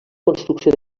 construcció